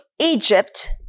Egypt